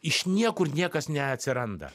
iš niekur niekas neatsiranda